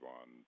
on